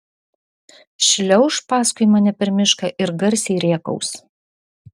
šliauš paskui mane per mišką ir garsiai rėkaus